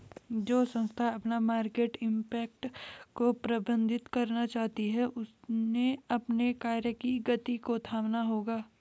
जो संस्थाएं अपना मार्केट इम्पैक्ट को प्रबंधित करना चाहती हैं उन्हें अपने कार्य की गति को थामना होगा